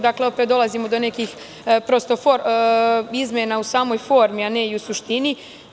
Dakle opet dolazimo do nekih izmena u samoj formi, a ne i u suštini.